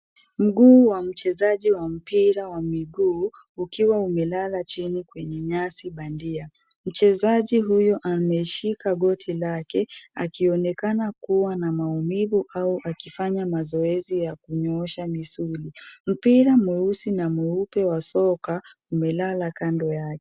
Mguu wa mchezaji wa mpira wa miguu, ukiwa umelala chini kwenye nyasi bandia. Mchezaji huyo ameshika goti lake akionekana kuwa na maumivu au akifanya mazoezi ya kunyoosha misuli. Mpira mweusi na mweupe wa soka umelala kando yake.